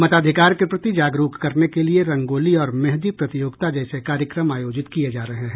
मताधिकार के प्रति जागरूक करने के लिए रंगोली और मेंहदी प्रतियोगिता जैसे कार्यक्रम आयोजित किये जा रहे हैं